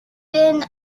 been